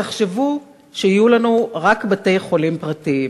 תחשבו שיהיו לנו רק בתי-חולים פרטיים,